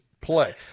play